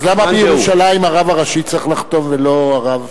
אז למה בירושלים הרב הראשי צריך לחתום ולא הרב?